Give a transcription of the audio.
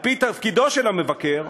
על-פי תפקידו של המבקר,